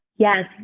Yes